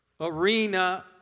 arena